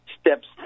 steps